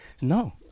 No